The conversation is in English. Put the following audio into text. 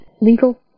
legal